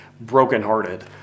brokenhearted